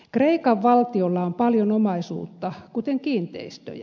kreikan valtiolla on paljon omaisuutta kuten kiinteistöjä